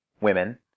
women